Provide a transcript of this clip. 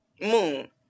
Moon